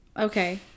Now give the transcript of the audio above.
Okay